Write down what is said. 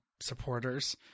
supporters